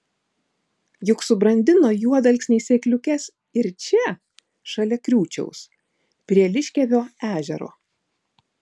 juk subrandino juodalksniai sėkliukes ir čia šalia krūčiaus prie liškiavio ežero